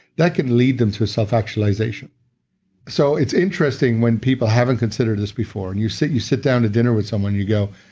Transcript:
that can lead them to self-actualization so it's interesting when people haven't considered this before and you sit you sit down to dinner with someone and you go,